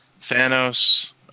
Thanos